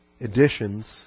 editions